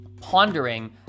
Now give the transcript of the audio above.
pondering